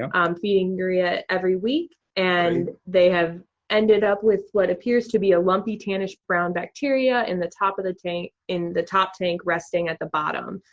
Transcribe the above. um um cleaning it ah every week, and they have ended up with what appears to be a lumpy, tannish-brown bacteria in the top of the tank, in the top tank resting at the bottom.